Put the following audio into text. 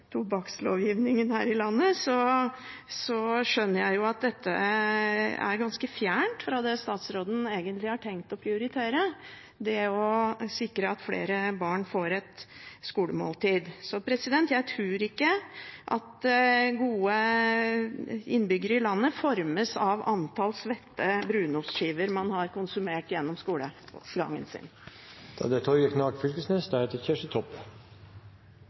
tobakkslovgivningen her i landet, skjønner jeg jo at det å sikre at flere barn får et skolemåltid, er ganske fjernt fra det statsråden egentlig har tenkt å prioritere. Jeg tror ikke at gode innbyggere i landet formes av antall svette brunostskiver man har konsumert gjennom skolegangen sin. Debatten tok ei uventa og spennande vending, og til det